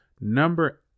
number